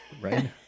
right